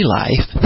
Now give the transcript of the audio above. life